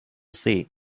seat